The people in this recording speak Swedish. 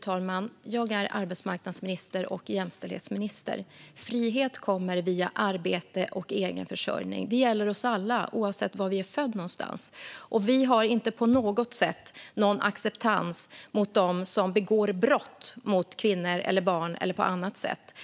Fru talman! Jag är arbetsmarknadsminister och jämställdhetsminister. Frihet kommer via arbete och egen försörjning. Det gäller oss alla, oavsett var vi är födda någonstans. Vi har inte på något sätt en acceptans gentemot dem som begår brott mot kvinnor eller barn eller på annat sätt.